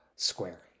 square